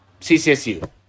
CCSU